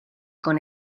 con